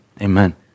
Amen